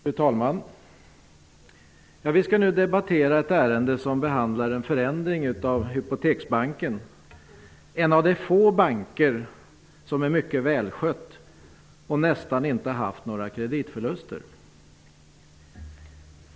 Fru talman! Vi skall nu debattera ett ärende som behandlar en förändring av Hypoteksbanken, en av de få banker som är mycket välskött och nästan inte har haft några kreditförluster.